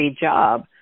job